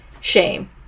Shame